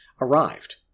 arrived